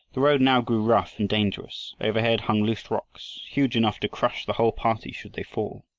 the road now grew rough and dangerous. overhead hung loose rocks, huge enough to crush the whole party should they fall.